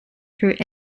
through